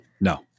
No